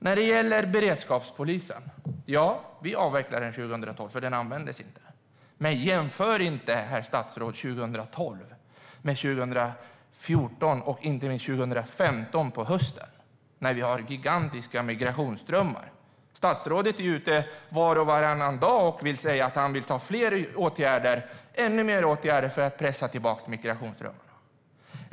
När det gäller beredskapspolisen avvecklade vi den 2012 eftersom den inte användes. Men jämför inte, herr statsrådet, 2012 med 2014 och inte med 2015 på hösten när vi hade gigantiska migrationsströmmar! Statsrådet är ju ute var och varannan dag och säger att han vill vidta ännu fler åtgärder för att pressa tillbaka migrationsströmmarna.